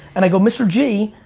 and i go, mr. g,